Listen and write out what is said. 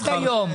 עד היום?